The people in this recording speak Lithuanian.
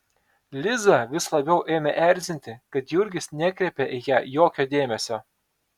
lizą vis labiau ėmė erzinti kad jurgis nekreipia į ją jokio dėmesio